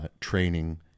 training